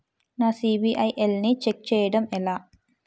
నా సిబిఐఎల్ ని ఛెక్ చేయడం ఎలా?